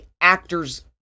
actors